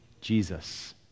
Jesus